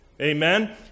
Amen